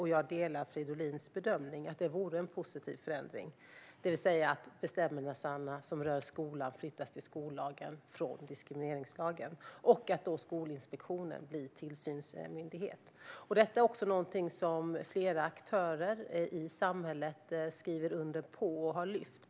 Jag delar Fridolins bedömning att det vore en positiv förändring, det vill säga att bestämmelserna som rör skolan flyttas till skollagen från diskrimineringslagen. Skolinspektionen blir då tillsynsmyndighet. Detta är också något som flera aktörer i samhället skriver under på och har lyft upp.